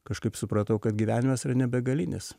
kažkaip supratau kad gyvenimas yra ne begalinis